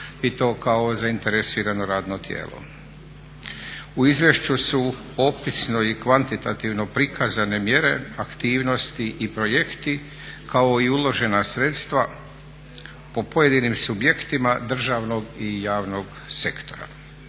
to kao zainteresirano radno tijelo. U izvješću su opisno i kvantitativno prikazane mjere, aktivnosti i projekti kao i uložena sredstva po pojedinim subjektima državnog i javnog sektora.